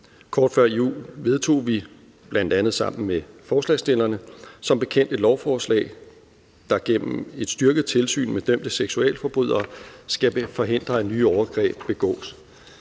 Kort før jul vedtog vi bl.a. sammen med forslagsstillerne som bekendt et lovforslag, der gennem et styrket tilsyn med dømte seksualforbrydere skal forhindre, at nye overgreb begås.